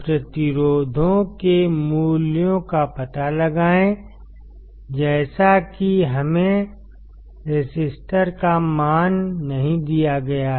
प्रतिरोधों के मूल्यों का पता लगाएं जैसा कि हमें रेसिस्टर का मान नहीं दिया गया है